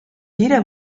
jeder